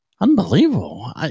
Unbelievable